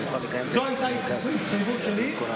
זו הייתה ההתחייבות שלי.